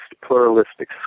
pluralistic